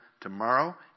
tomorrow